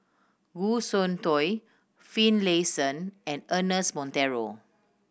Goh Soon Tioe Finlayson and Ernest Monteiro